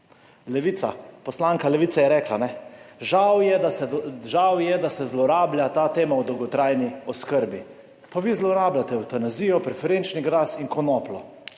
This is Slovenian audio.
Levica, poslanka Levice je rekla, žal je, da se zlorablja ta tema o dolgotrajni oskrbi. Pa vi zlorabljate evtanazijo, preferenčni glas in konopljo.